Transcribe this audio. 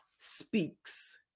Speaks